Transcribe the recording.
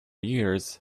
years